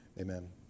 amen